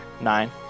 Nine